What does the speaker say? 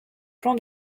plan